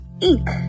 ink